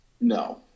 No